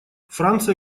франция